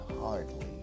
hardly